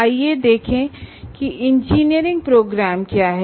आइए देखें कि इंजीनियरिंग प्रोग्राम क्या हैं